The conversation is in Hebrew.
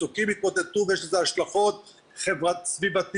מצוקים התמוטטו ויש לזה השלכות סביבתיות,